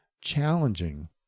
challenging